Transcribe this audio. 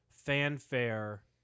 Fanfare